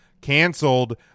canceled